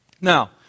Now